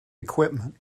equipment